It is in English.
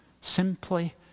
simply